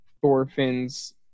Thorfinn's